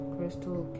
Crystal